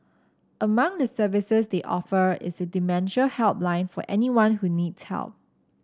among the services they offer is a dementia helpline for anyone who needs help